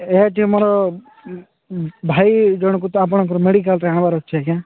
ଏହା ଯେ ମୋର ଭାଇ ଜଣକୁ ତ ଆପଣଙ୍କର ମେଡିକାଲରେ ଆଣିବାର ଅଛି ଆଜ୍ଞା